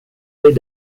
dig